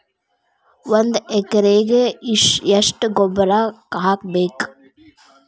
ಒಂದ್ ಎಕರೆಗೆ ಎಷ್ಟ ಗೊಬ್ಬರ ಹಾಕ್ಬೇಕ್?